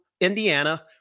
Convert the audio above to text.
Indiana